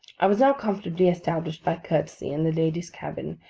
i was now comfortably established by courtesy in the ladies' cabin,